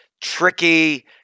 tricky